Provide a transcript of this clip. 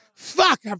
Fuck